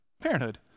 Parenthood